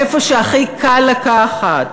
מאיפה שהכי קל לקחת.